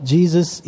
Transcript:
Jesus